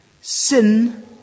sin